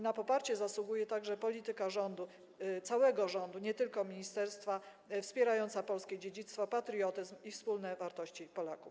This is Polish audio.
Na poparcie zasługuje także polityka całego rządu, nie tylko ministerstwa, wspierająca polskie dziedzictwo, patriotyzm i wspólne wartości Polaków.